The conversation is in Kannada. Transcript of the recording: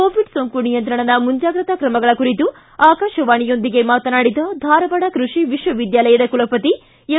ಕೋವಿಡ್ ಸೋಂಕು ನಿಯಂತ್ರಣದ ಮುಂಜಾಗ್ರತಾ ಕ್ರಮಗಳ ಕುರಿತು ಆಕಾಶವಾಣಿಯೊಂದಿಗೆ ಮಾತನಾಡಿದ ಧಾರವಾಡ ಕೃಷಿ ವಿಶ್ವವಿದ್ಯಾಲಯದ ಕುಲಪತಿ ಎಂ